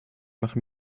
mache